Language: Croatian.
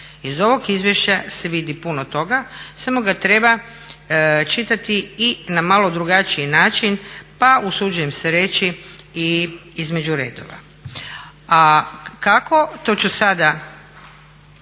Iz ovog izvješća se vidi puno toga, samo ga treba čitati i na malo drugačiji način pa usuđujem se reći i između redova. A kako, to ću sada